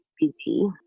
busy